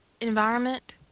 environment